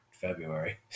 February